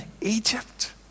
Egypt